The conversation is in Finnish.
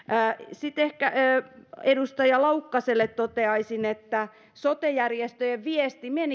sitten edustaja laukkaselle toteaisin että sote järjestöjen viesti